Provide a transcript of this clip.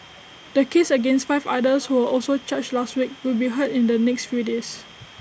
the cases against five others who were also charged last week will be heard in the next few days